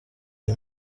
iyi